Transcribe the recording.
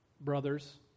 brothers